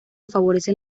favorecen